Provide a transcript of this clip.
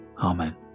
Amen